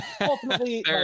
ultimately